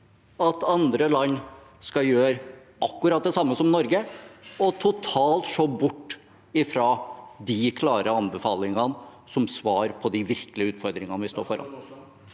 at andre land skal gjøre akkurat det samme som Norge, og totalt se bort ifra de klare anbefalingene som svar på de virkelige utfordringene vi står foran?